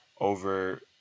over